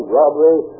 robbery